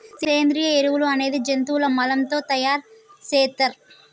సేంద్రియ ఎరువులు అనేది జంతువుల మలం తో తయార్ సేత్తర్